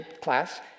class